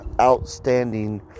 Outstanding